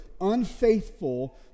unfaithful